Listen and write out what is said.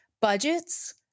budgets